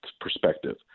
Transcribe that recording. perspective